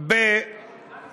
אפילו